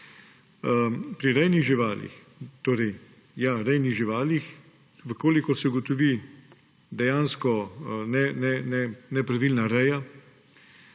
Pri rejnih živalih, če se ugotovi dejansko nepravilna reja,